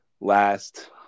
last